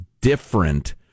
different